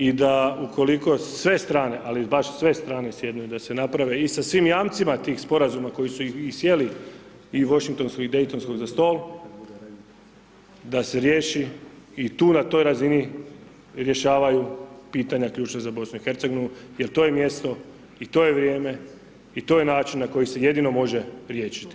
I da ukoliko sve strane, ali baš sve strane sjednice da se naprave i sa svim jamcima tih sporazuma koji su sjeli i Washington i Dejtonskog za stol, da se riješi i tu na toj razini rješavaju pitanja ključne za BIH, jer to je mjesto i to je vrijeme, i to je način na koji se jedino može riješiti.